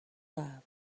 love